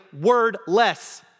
wordless